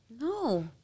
No